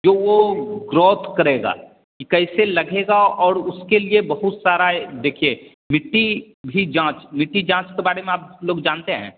जो वो ग्रोेथ करेगा कि कैसे लगेगा और उसके लिये बहुत सारा देखिए मिट्टी भी जांच मिट्टी जांच के बारे में आप लोग जानते हैं